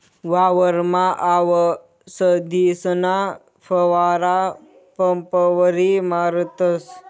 वावरमा आवसदीसना फवारा पंपवरी मारतस